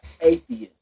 atheist